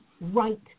right